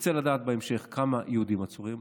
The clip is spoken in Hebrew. תרצה לדעת בהמשך כמה יהודים עצורים,